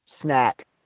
snack